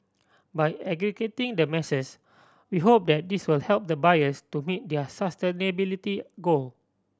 by aggregating the masses we hope that this will help the buyers to meet their sustainability goal